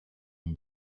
and